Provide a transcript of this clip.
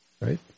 right